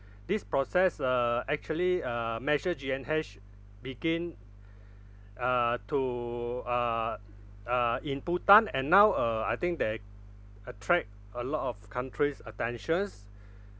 this process uh actually uh measure G_N_H begin uh to uh uh in bhutan and now uh I think they attract a lot of countries' attentions